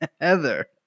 Heather